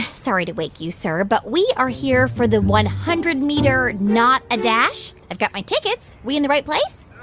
sorry to wake you, sir, but we are here for the one hundred meter not a dash. i've got my tickets. we in the right place?